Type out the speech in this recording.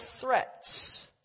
threats